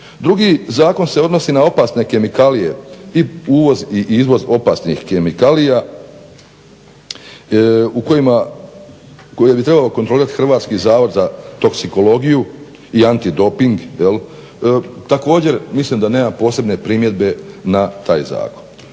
Drugi zakon se odnosi na opasne kemikalije i uvoz i izvoz opasnih kemikalija koje bi trebao kontrolirati Hrvatski zavod za toksikologiju i antidoping. Također mislim da nema posebne primjedbe na taj zakon.